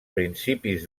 principis